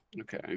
Okay